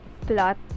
plot